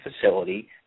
facility